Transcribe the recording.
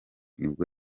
nibwo